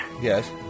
Yes